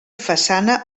façana